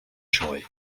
sioe